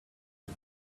you